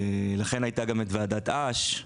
לכן הייתה את ועדת אש,